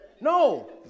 No